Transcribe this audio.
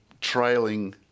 trailing